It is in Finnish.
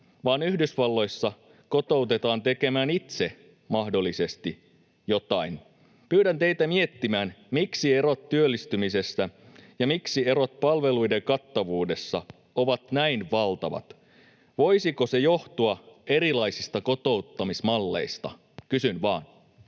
vaan Yhdysvalloissa kotoutetaan tekemään itse mahdollisesti jotain. Pyydän teitä miettimään, miksi erot työllistymisessä ja miksi erot palveluiden kattavuudessa ovat näin valtavat. Voisiko se johtua erilaisista kotouttamismalleista? Kysyn vain.